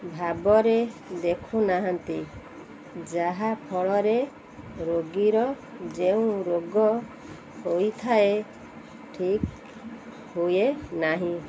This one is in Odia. ଭାବରେ ଦେଖୁନାହାନ୍ତି ଯାହାଫଳରେ ରୋଗୀର ଯେଉଁ ରୋଗ ହୋଇଥାଏ ଠିକ୍ ହୁଏ ନାହିଁ